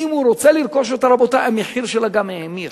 ואם הוא רוצה לרכוש אותה, רבותי, המחיר שלה האמיר.